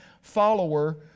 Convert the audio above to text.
follower